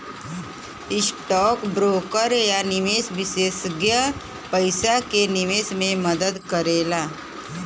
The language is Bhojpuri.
स्टौक ब्रोकर या निवेश विषेसज्ञ पइसा क निवेश में मदद करला